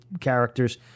characters